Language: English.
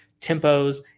tempos